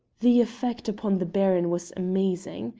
the effect upon the baron was amazing.